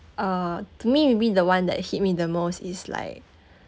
uh to me maybe the one that hit me the most is like